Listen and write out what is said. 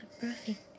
perfect